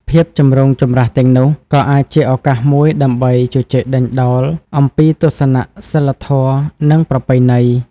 ភាពចម្រូងចម្រាសទាំងនោះក៏អាចជាឱកាសមួយដើម្បីជជែកដេញដោលអំពីទស្សនៈសីលធម៌និងប្រពៃណី។